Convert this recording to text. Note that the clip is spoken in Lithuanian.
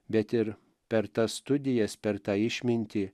bet ir per tas studijas per tą išmintį